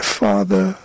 father